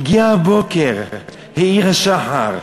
הגיע הבוקר, האיר השחר.